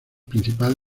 principal